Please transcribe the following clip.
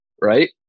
right